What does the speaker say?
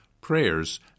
prayers